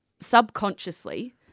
subconsciously